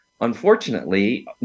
Unfortunately